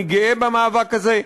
אני גאה במאבק הזה.